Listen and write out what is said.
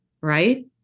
Right